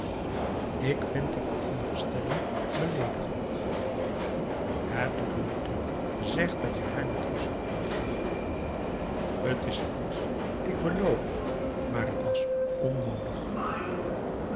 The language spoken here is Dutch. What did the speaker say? ik vind de veronderstelling beleedigend p a daum hoe hij raad van indië werd onder ps maurits het doet er niet toe zeg dat je haar met rust zult laten t is goed ik beloof het maar t was onnoodig